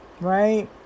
right